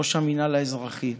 ראש המינהל האזרחי.